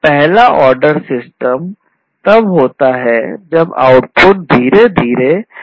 पहला order system करेगा